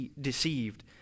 deceived